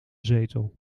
zetel